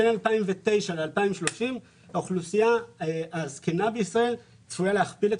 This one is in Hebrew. בין 2009 ל-2030 האוכלוסייה הזקנה בישראל צפויה להכפיל את